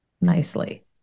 nicely